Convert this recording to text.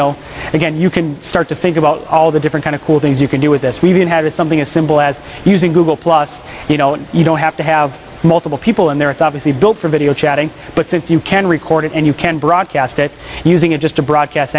know again you can start to think about all the different kind of cool things you can do with this we've had something as simple as using google plus you know you don't have to have multiple people in there it's obviously built for video chatting but since you can record it and you can broadcast it using it just to broadcast